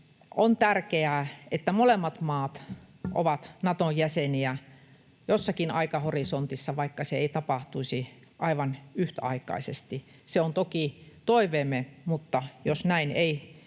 on tärkeää, että molemmat maat ovat Naton jäseniä jossakin aikahorisontissa, vaikka se ei tapahtuisi aivan yhtäaikaisesti. Se on toki toiveemme, mutta jos näin ei käy,